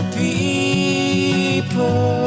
people